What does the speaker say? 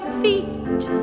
feet